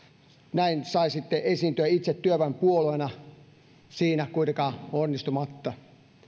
näin saisitte esiintyä itse työväenpuolueena siinä kuitenkaan onnistumatta